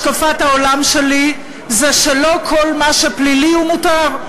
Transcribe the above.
השקפת העולם שלי היא שלא כל מה שלא פלילי הוא מותר.